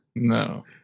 no